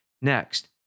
Next